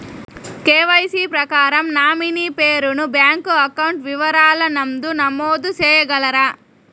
KYC ప్రకారం nominee పేరు ను బ్యాంకు అకౌంట్ వివరాల నందు నమోదు సేయగలరా?